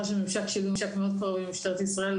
הממשק שלי הוא ממשק מאוד קרוב עם משטרת ישראל.